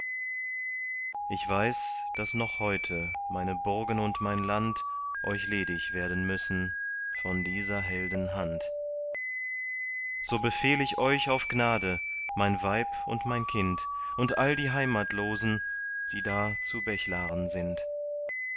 ich weiß daß noch heute meine burgen und mein land euch ledig werden müssen von dieser helden hand so befehl ich euch auf gnade mein weib und mein kind und all die heimatlosen die da zu bechlaren sind